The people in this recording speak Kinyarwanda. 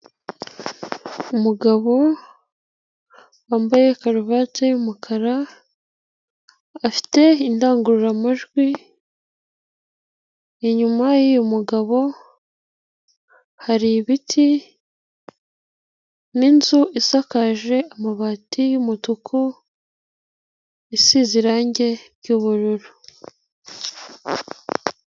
Umugabo wambaye karuvati y'umukara, afite indangururamajwi, inyuma y'uyu mugabo hari ibiti n'inzu isakaje amabati y'umutuku isize irangi ry'ubururu.